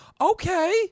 okay